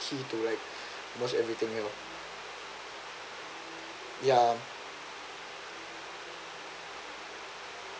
key to like almost everything ya